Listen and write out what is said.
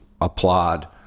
applaud